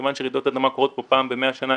כיוון שרעידות אדמה קורות כאן פעם ב-100 שנים,